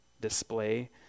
display